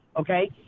okay